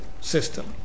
system